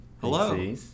Hello